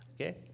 okay